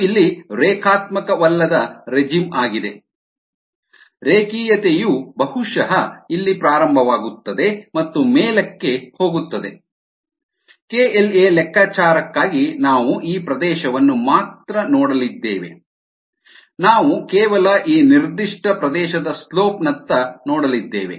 ಇದು ಇಲ್ಲಿ ರೇಖಾತ್ಮಕವಲ್ಲದ ರೆಜಿಮ್ ಆಗಿದೆ ರೇಖೀಯತೆಯು ಬಹುಶಃ ಇಲ್ಲಿ ಪ್ರಾರಂಭವಾಗುತ್ತದೆ ಮತ್ತು ಮೇಲಕ್ಕೆ ಹೋಗುತ್ತದೆ kLa ಲೆಕ್ಕಾಚಾರಕ್ಕಾಗಿ ನಾವು ಈ ಪ್ರದೇಶವನ್ನು ಮಾತ್ರ ನೋಡಲಿದ್ದೇವೆ ನಾವು ಕೇವಲ ಈ ನಿರ್ದಿಷ್ಟ ಪ್ರದೇಶದ ಸ್ಲೋಪ್ ನತ್ತ ನೋಡಲಿದ್ದೇವೆ